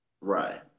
Right